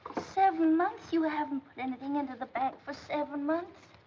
seven months! you haven't put anything into the bank for seven months.